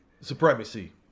Supremacy